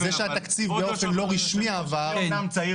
זה שהתקציב באופן רשמי לא עבר --- אני אמנם צעיר פה,